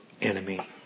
enemy